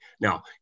Now